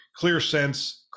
ClearSense